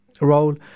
role